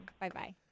Bye-bye